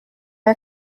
are